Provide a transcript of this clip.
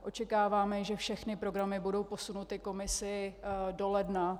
Očekáváme, že všechny programy budou posunuty Komisi do ledna.